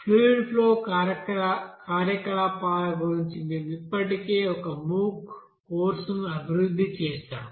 fluid flow కార్యకలాపాల గురించి మేము ఇప్పటికే ఒక MOOC కోర్సును అభివృద్ధి చేసాము